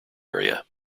area